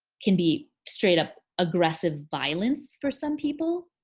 can be straight up aggressive violence for some people,